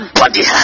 body